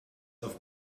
auf